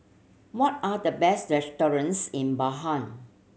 what are the best restaurants in